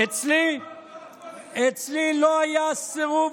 אצלי לא היה סירוב.